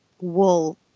wool